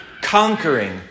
conquering